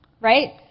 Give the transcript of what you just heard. Right